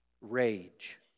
rage